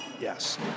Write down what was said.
Yes